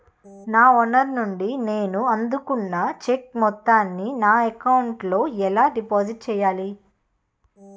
నా ఓనర్ నుండి నేను అందుకున్న చెక్కు మొత్తాన్ని నా అకౌంట్ లోఎలా డిపాజిట్ చేయాలి?